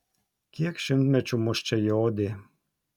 kiek šimtmečių mus čia jodė